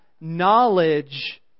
knowledge